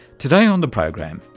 today on the program,